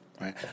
Right